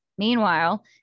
Meanwhile